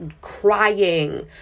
crying